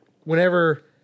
whenever